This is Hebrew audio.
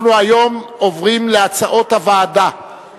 אני קובע שהצעתה של ועדת החוקה,